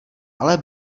ale